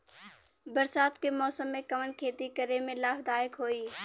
बरसात के मौसम में कवन खेती करे में लाभदायक होयी?